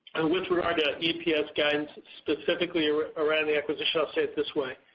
and with regard to eps guidance specifically ah around the acquisition of say it this way,